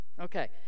okay